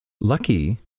Lucky